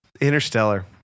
Interstellar